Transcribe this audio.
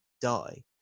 die